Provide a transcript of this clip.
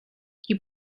you